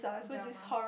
drama